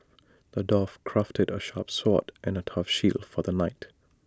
the dwarf crafted A sharp sword and A tough shield for the knight